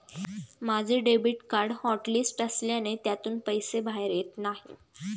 माझे debit card hotlist असल्याने त्यातून पैसे बाहेर येत नाही